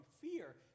fear